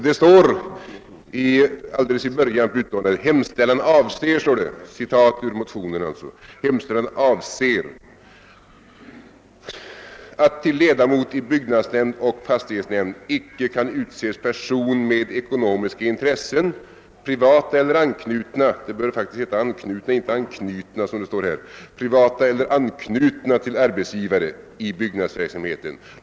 Det står att hemställan avser att »till ledamot i byggnadsnämnd och fastighetsnämnd kan icke utses person med ekonomiska intressen, privata eller anknytna» — det bör faktiskt vara »anknutna» — »till arbetsgivare, i byggnadsverksamheten».